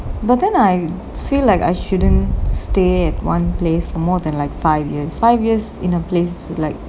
but then I feel like I shouldn't stay at one place for more than like five years five years in a place is like